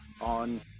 on